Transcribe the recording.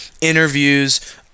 interviews